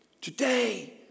Today